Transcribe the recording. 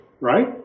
right